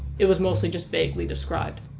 it was mostly just vaguely described.